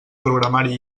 programari